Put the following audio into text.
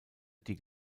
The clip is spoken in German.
die